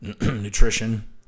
nutrition